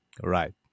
right